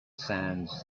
sounds